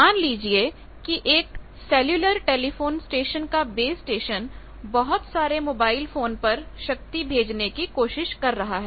मान लीजिए कि एक सेल्यूलर टेलिफोन स्टेशन का बेस स्टेशन बहुत सारे मोबाइल फोन पर शक्ति भेजने की कोशिश कर रहा है